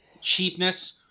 cheapness